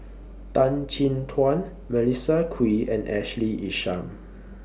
Tan Chin Tuan Melissa Kwee and Ashley Isham